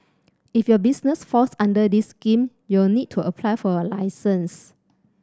if your business falls under this scheme you'll need to apply for a license